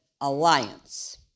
alliance